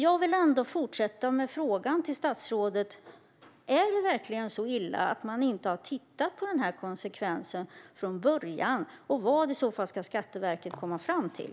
Jag vill därför fortsätta med frågan till statsrådet: Är det verkligen så illa att man inte har tittat på konsekvenserna från början, och vad ska i så fall Skatteverket komma fram till?